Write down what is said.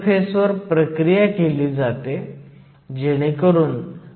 भाग डी मध्ये आपण 100 अंशांवर फॉरवर्ड करंटचा अंदाज लावू इच्छितो